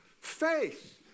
faith